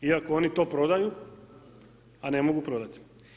I ako oni to prodaju, a ne mogu prodati.